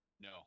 No